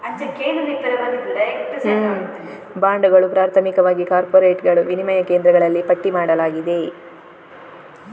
ಬಾಂಡುಗಳು, ಪ್ರಾಥಮಿಕವಾಗಿ ಕಾರ್ಪೊರೇಟುಗಳು, ವಿನಿಮಯ ಕೇಂದ್ರಗಳಲ್ಲಿ ಪಟ್ಟಿ ಮಾಡಲಾಗಿದೆ